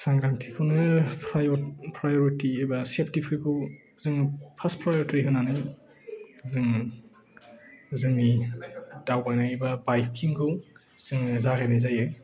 सांग्रांथिखौनो priority एबा सेफटिफोरखौ जों फार्स्ट प्राय'रिटि होननानै जों जोंनि दावबायनाय एबा बायकिंखौ जों जागायनाय जायो